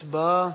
הצבעה.